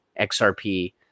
XRP